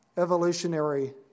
evolutionary